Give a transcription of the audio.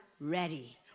ready